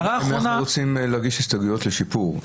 אם אנחנו רוצים להגיש הסתייגויות לשיפור,